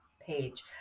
page